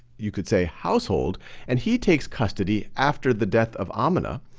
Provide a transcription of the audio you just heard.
you could say, household and he takes custody after the death of um aminah.